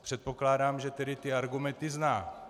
Předpokládám, že tedy ty argumenty zná.